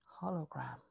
hologram